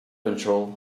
control